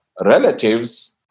relatives